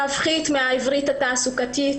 להפחית את העברית התעסוקתית.